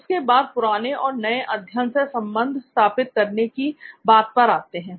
उसके बाद पुराने और नए अध्ययन में संबंध स्थापित करने की बात पर आते हैं